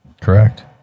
Correct